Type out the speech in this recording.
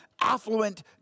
affluent